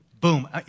Boom